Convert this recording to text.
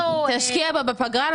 תשקיע בה בפגרה,